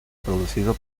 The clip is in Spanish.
producido